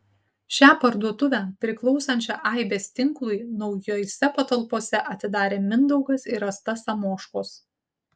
šią parduotuvę priklausančią aibės tinklui naujose patalpose atidarė mindaugas ir asta samoškos